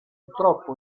troppo